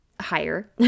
higher